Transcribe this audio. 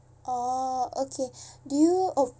orh okay do you oh